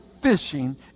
fishing